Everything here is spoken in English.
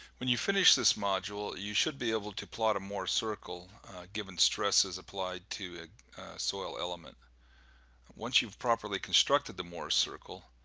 when you finish this module you should be able to plot a mohrs circle given stresses applied to a soil element once youve properly constructed the mohr circle,